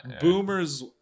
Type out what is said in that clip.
Boomers